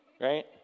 right